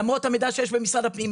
למרות המידע שיש במשרד הפנים.